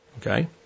Okay